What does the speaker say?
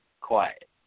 quiet